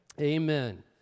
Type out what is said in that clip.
Amen